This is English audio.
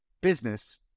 business